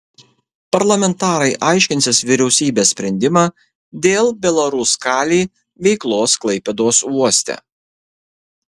parlamentarai aiškinsis vyriausybės sprendimą dėl belaruskalij veiklos klaipėdos uoste